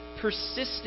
persistent